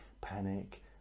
panic